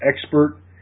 expert